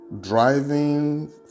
driving